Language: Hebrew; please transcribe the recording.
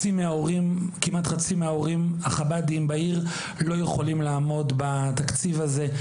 כמעט חצי מההורים החב"דיים בעיר לא יכולים לעמוד בתקציב הזה,